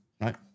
right